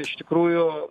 iš tikrųjų